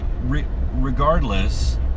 regardless